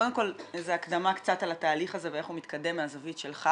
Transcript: קודם כל איזו הקדמה קצת על התהליך הזה ואיך הוא מתקדם מהזווית שלך.